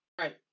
right